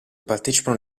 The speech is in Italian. partecipano